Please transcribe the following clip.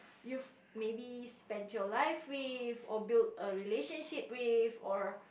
you've maybe spent your life with or build a relationship with or